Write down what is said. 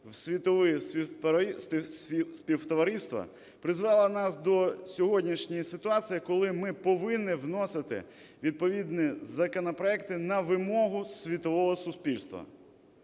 в світові співтовариства, призвела нас до сьогоднішньої ситуації, коли ми повинні вносити відповідні законопроекти на вимогу світового суспільства.